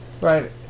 Right